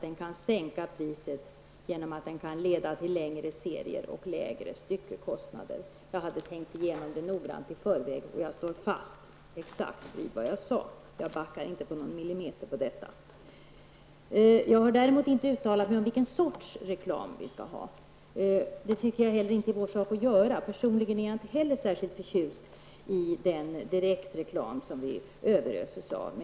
Den kan sänka priset genom att reklamen kan leda till längre serier och lägre styckekostnader. Jag hade tänkt igenom noga i förväg vad jag skulle säga. Jag står fast exakt vid vad jag sade. Jag backar inte en millimeter. Jag har däremot inte uttalat mig om vilken sorts reklam vi skall ha. Det tycker jag inte är vår sak att göra. Personligen är jag inte heller särskilt förtjust i den direktreklam vi överöses av.